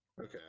Okay